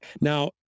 Now